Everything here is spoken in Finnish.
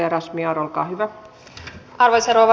arvoisa rouva puhemies